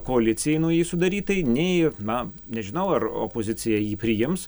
koalicijai naujai sudarytai nei na nežinau ar opozicija jį priims